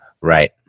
Right